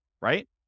right